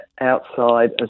outside